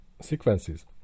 sequences